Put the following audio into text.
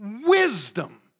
wisdom